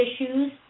issues